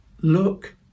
look